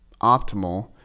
optimal